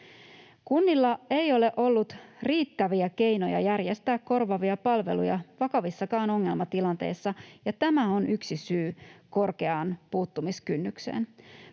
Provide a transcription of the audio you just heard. Kunnilla ei ole ollut riittäviä keinoja järjestää korvaavia palveluja vakavissakaan ongelmatilanteissa, ja tämä on yksi syy korkeaan puuttumiskynnykseen.